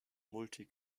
multi